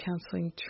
Counseling